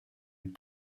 eut